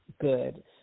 good